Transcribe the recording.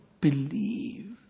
believe